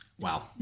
Wow